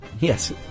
Yes